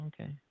Okay